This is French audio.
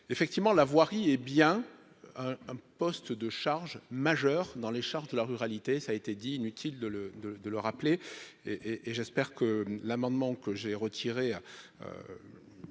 effectivement, la voirie, hé bien un un poste de charges majeur dans les charges de la ruralité, ça a été dit, inutile de le de le rappeler et et j'espère que l'amendement que j'ai retiré